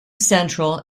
central